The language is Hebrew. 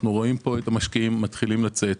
אנחנו רואים פה את המשקיעים מתחילים לצאת.